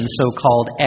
so-called